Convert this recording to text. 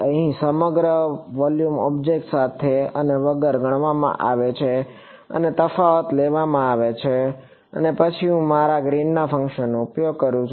અહીં સમગ્ર volume object સાથે અને વગર ગણવામાં આવે છે અને તફાવત લેવામાં આવે છે અને પછી હું મારા ગ્રીન ફંક્શનનો ઉપયોગ કરું છું